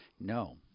No